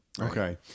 okay